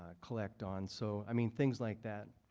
ah collect on. so i mean things like that.